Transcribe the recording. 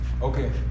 Okay